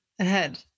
ahead